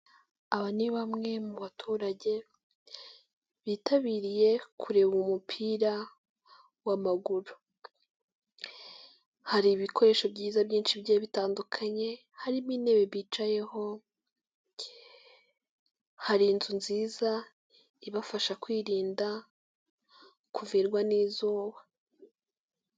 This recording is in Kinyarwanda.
Aba ni bamwe mu baturage bitabiriye kureba umupira w'amaguru, hari ibikoresho byiza byinshi bigiye bitandukanye, harimo intebe nziza ibafasha kwirinda kuvirwa n'izuba.